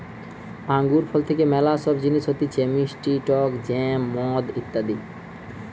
আঙ্গুর ফল থেকে ম্যালা সব জিনিস হতিছে মিষ্টি টক জ্যাম, মদ ইত্যাদি